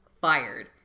fired